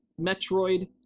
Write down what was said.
Metroid